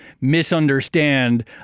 misunderstand